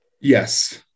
yes